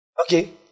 Okay